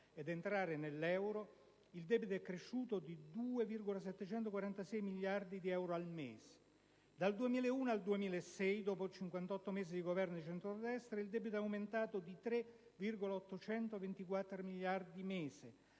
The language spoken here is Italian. ed entrare nell'euro, il debito è cresciuto di 2,746 miliardi di euro al mese. Dal 2001 al 2006, dopo 58 mesi di Governo di centrodestra, il debito è aumentato di 3,824 miliardi di euro